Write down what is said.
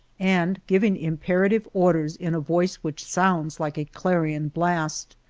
and giving imperative orders in a voice which sounds like a clarion blast.